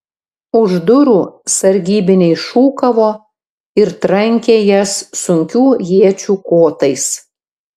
už durų sargybiniai šūkavo ir trankė jas sunkių iečių kotais